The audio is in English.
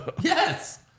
Yes